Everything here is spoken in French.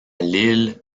lille